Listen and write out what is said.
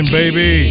baby